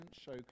show